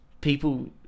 people